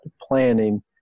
planning